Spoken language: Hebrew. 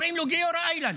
קוראים לו גיורא איילנד,